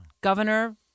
Governor